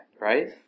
right